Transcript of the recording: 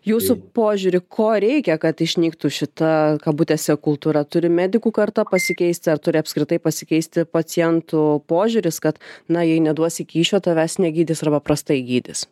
jūsų požiūriu ko reikia kad išnyktų šita kabutėse kultūra turi medikų karta pasikeisti ar turi apskritai pasikeisti pacientų požiūris kad na jei neduosi kyšio tavęs negydys arba prastai gydys